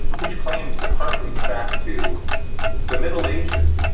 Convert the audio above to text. which claims it harkens back to the middle ages,